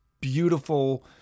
beautiful